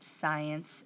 science